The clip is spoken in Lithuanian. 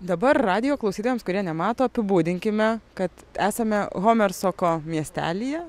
dabar radijo klausytojams kurie nemato apibūdinkime kad esame homersoko miestelyje